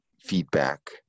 feedback